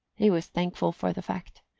he was thankful for the fact,